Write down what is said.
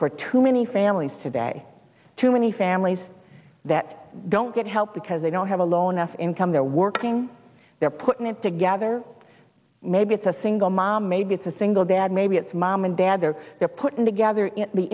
for too many families today too many for families that don't get help because they don't have a low enough income they're working they're putting it together maybe it's a single mom maybe it's a single dad maybe it's mom and dad or they're putting together the